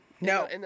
No